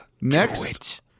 next